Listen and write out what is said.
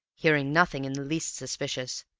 hearing nothing in the least suspicious,